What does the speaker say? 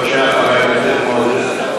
בבקשה, חבר הכנסת מוזס.